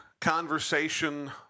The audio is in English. conversation